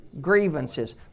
grievances